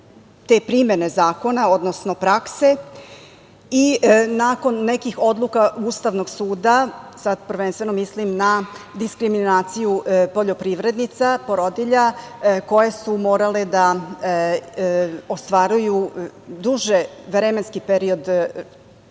te primene zakona, odnosno prakse i nakon nekih odluka Ustavnog suda, sada prvenstveno mislim na diskriminaciju poljoprivrednica, porodilja koje su morale da ostvaruju duži vremenski period